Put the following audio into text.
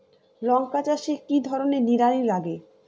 লঙ্কা চাষে কি ধরনের নিড়ানি লাগে?